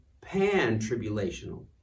pan-tribulational